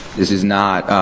this is not.